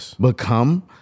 become